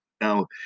Now